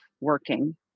working